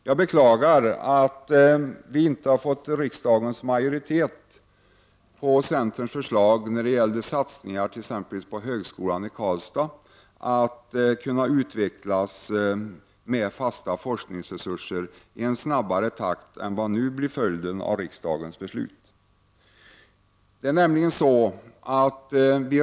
Jag beklagar att vi i centern inte har lyckats få en majoritet i riksdagen att stödja vårt förslag om satsningar på exempelvis högskolan i Karlstad, så att denna kan utvecklas med fasta forskningsresurser och i en snabbare takt än som nu blir möjligt i och med riksdagens beslut.